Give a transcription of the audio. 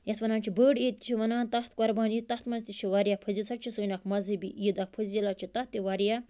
یَتھ وَنان چھِ بٔڑ عیٖد تہِ چھِ وَنان تَتھ قربان عیٖد تَتھ منٛز تہِ چھِ واریاہ فِزٕ سۄتہِ چھےٚ سٲنۍ اَکھ مزہبی عیٖد اَکھ فضیٖلت چھِ تَتھ تہِ واریاہ